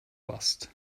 passt